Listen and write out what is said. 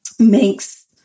makes